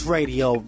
Radio